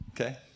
Okay